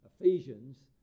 Ephesians